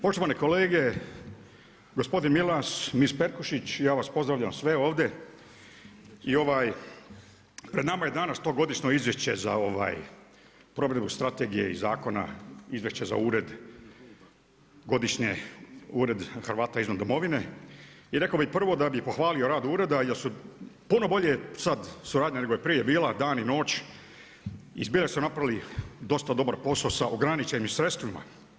Poštovani kolege, gospodin Milas, miss Perkušić, ja vas pozdravljam sve ovdje i ovaj, pred nama je danas to godišnje izvješće za provedbu strategije i zakona izvješće za ured godišnje, ured Hrvata izvan domovine, i rekao bi prvo da bi pohvalio rad ured jer je puno bolja suradnja nego je prije bila, dan i noć, i zbilja su napravili dosta dobar posao sa ograničenim sredstvima.